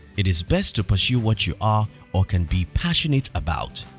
it is best to pursue what you are, or can be, passionate about.